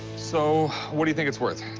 so what do you think it's worth?